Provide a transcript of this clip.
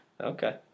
Okay